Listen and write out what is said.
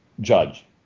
judge